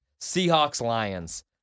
Seahawks-Lions